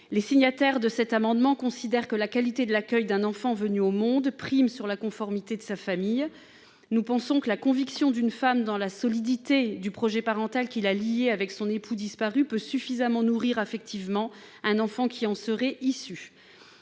Les signataires de cet amendement considèrent que la qualité de l'accueil d'un enfant venu au monde prime la conformité de sa famille. Nous pensons que la conviction d'une femme dans la solidité du projet parental qui la liait avec son époux disparu peut suffire à nourrir affectivement l'enfant qui en sera issu.